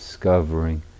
discovering